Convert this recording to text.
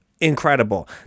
incredible